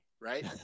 right